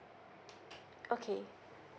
okay